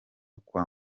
kwa